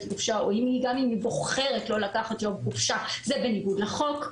חופשה או גם אם היא בוחרת לא לקחת יום חופשה זה בניגוד לחוק.